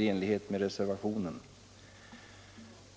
i enlighet med reservationen.